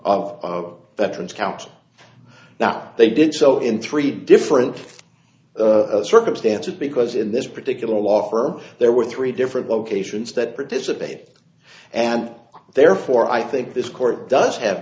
that and count that they did so in three different circumstances because in this particular law firm there were three different locations that participate and therefore i think this court does have